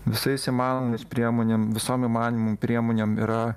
visais įmanomais priemonėm visom įmanimom priemonėm yra